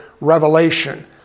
revelation